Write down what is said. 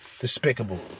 despicable